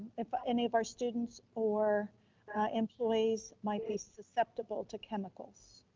if any of our students or employees might be susceptible to chemicals?